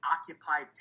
occupied